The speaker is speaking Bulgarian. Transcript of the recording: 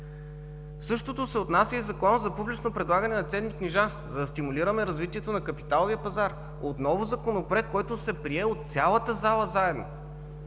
Същото се отнася и до Закона за публичното предлагане на ценни книжа, за да стимулираме развитието на капиталовия пазар. Отново Законопроект, който се прие от цялата зала заедно.